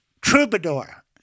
Troubadour